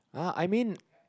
ah I mean